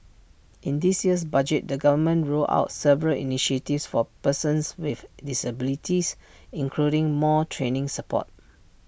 in this year's budget the government rolled out several initiatives for persons with disabilities including more training support